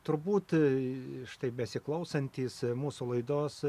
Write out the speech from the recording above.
turbūt tai štai besiklausantys mūsų laidos